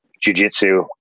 Jiu-jitsu